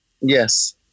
Yes